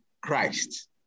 Christ